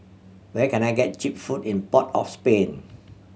where can I get cheap food in Port of Spain